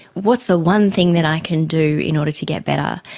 what's the one thing that i can do in order to get better?